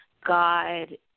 God